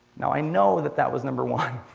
now, i know that that was number one.